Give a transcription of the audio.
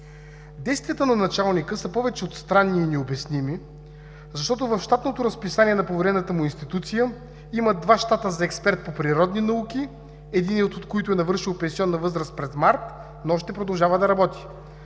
Действията на началника са повече от странни и необясними, защото в щатното разписание на поверената му институция има два щата за експерт по природни науки, единият от които е навършил пенсионна възраст през март, но още продължава да работи.